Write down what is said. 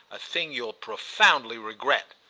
a thing you'll profoundly regret.